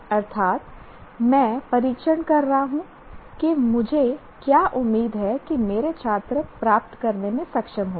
अर्थात मैं परीक्षण कर रहा हूं कि मुझे क्या उम्मीद है कि मेरे छात्र प्राप्त करने में सक्षम होंगे